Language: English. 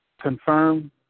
confirm